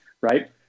right